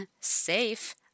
safe